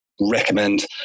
recommend